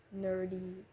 Nerdy